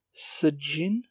Sajin